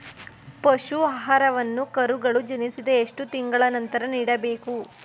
ಪಶು ಆಹಾರವನ್ನು ಕರುಗಳು ಜನಿಸಿದ ಎಷ್ಟು ತಿಂಗಳ ನಂತರ ನೀಡಬೇಕು?